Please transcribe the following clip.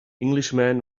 englishman